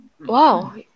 Wow